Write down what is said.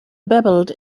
babbled